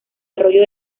arroyo